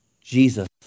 Jesus